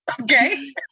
Okay